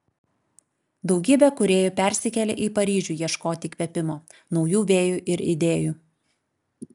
daugybė kūrėjų persikėlė į paryžių ieškoti įkvėpimo naujų vėjų ir idėjų